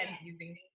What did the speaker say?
using